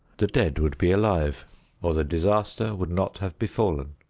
the dead would be alive or the disaster would not have befallen.